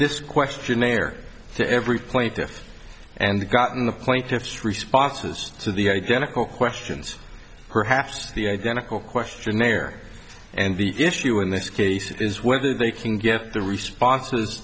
this questionnaire to every plaintiff and gotten the plaintiff's responses to the identical questions perhaps the identical questionnaire and the issue in this case is whether they can get the responses